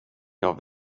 jag